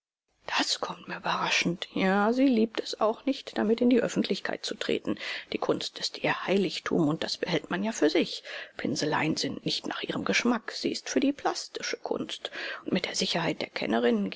das kommt mir überraschend ja sie liebt es auch nicht damit in die öffentlichkeit zu treten die kunst ist ihr heiligtum und das behält man ja für sich pinseleien sind nicht nach ihrem geschmack sie ist für die plastische kunst und mit der sicherheit der kennerin